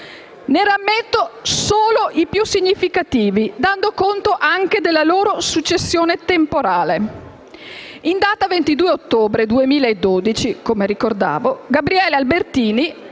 Ne rammento solo i più significativi, dando conto anche della loro successione temporale: in data 22 ottobre 2012, come ricordavo, Gabriele Albertini,